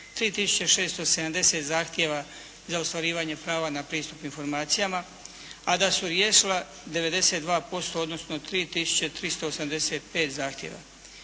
3670 zahtjeva za ostvarivanje prava na pristup informacijama, a da su riješila 92% odnosno 3385 zahtjeva.